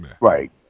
right